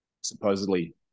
supposedly